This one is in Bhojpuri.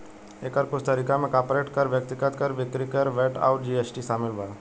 एकर कुछ तरीका में कॉर्पोरेट कर, व्यक्तिगत कर, बिक्री कर, वैट अउर जी.एस.टी शामिल बा